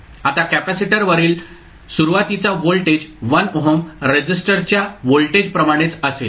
आता कॅपेसिटरवरील सुरुवातीचा व्होल्टेज 1 ओहम रेसिस्टरच्या व्होल्टेज प्रमाणेच असेल